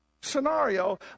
scenario